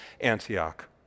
Antioch